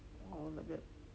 I want to get